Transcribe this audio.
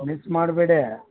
miss ಮಾಡಬೇಡಿ